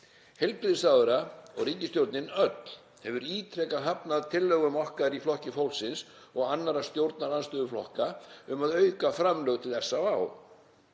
Heilbrigðisráðherra og ríkisstjórnin öll hefur ítrekað hafnað tillögum okkar í Flokki fólksins og annarra stjórnarandstöðuflokka um að auka framlög til SÁÁ.